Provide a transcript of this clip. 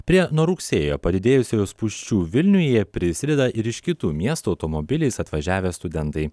prie nuo rugsėjo padidėjusių spūsčių vilniuje prisideda ir iš kitų miestų automobiliais atvažiavę studentai